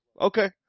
Okay